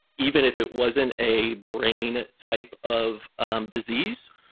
even if it wasn't a brain type of um disease,